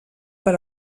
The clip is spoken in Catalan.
per